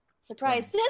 surprise